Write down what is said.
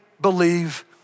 believe